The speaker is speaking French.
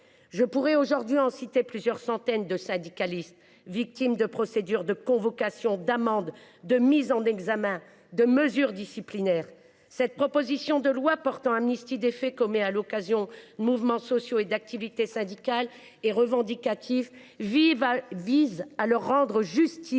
Je pourrais citer plusieurs centaines de syndicalistes victimes de procédures, de convocations, d’amendes, de mises en examen, de mesures disciplinaires. Cette proposition de loi portant amnistie des faits commis à l’occasion de mouvements sociaux et d’activités syndicales et revendicatives vise à leur rendre justice,